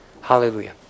Hallelujah